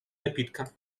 напитка